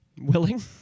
willing